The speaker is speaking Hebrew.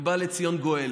ובא לציון גואל.